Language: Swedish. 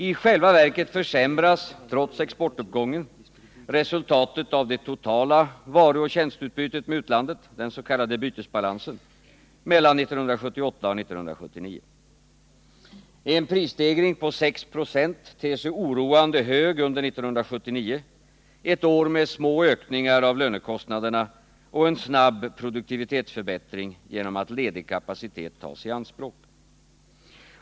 I själva verket försämras, trots exportuppgången, resultatet av det totala varuoch tjänsteutbytet med utlandet, den s.k. bytesbalansen, mellan 1978 och 1979. En prisstegring på 6 96 ter sig oroande hög under 1979, ett år med små ökningar av lönekostnaderna och en snabb produktivitetsförbättring genom att ledig kapacitet tas i anspråk.